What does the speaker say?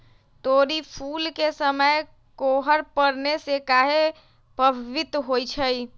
तोरी फुल के समय कोहर पड़ने से काहे पभवित होई छई?